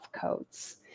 codes